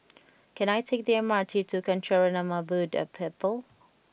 can I take the M R T to Kancanarama Buddha Temple